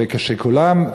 וכשכולם,